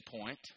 point